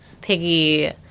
Piggy